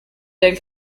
del